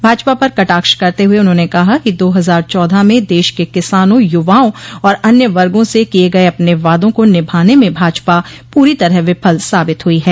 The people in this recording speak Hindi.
भाजपा पर कटाक्ष करते हुए उन्होंने कहा कि दो हज़ार चौदह में देश के किसानों युवाओं और अन्य वर्गो से किये गये अपने वादों को निभाने में भाजपा पूरी तरह विफल साबित हुई है